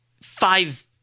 five